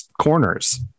corners